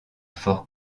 fort